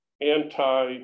anti